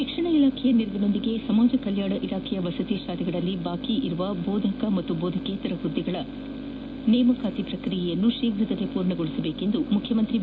ಶಿಕ್ಷಣ ಇಲಾಖೆ ನೆರವಿನೊಂದಿಗೆ ಸಮಾಜ ಕಲ್ಯಾಣ ಇಲಾಖೆಯ ವಸತಿ ಶಾಲೆಗಳಲ್ಲಿ ಬಾಕಿ ಇರುವ ಬೋಧಕ ಹಾಗೂ ಬೋಧಕೇತರ ಹುದ್ದೆ ನೇಮಕಾತಿ ಪ್ರಕ್ರಿಯೆಯನ್ನು ಶೀಘ್ರದಲ್ಲೇ ಪೂರ್ಣಗೊಳಿಸುವಂತೆ ಮುಖ್ಯಮಂತ್ರಿ ಬಿ